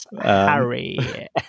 Harry